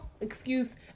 excuse